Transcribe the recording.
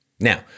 Now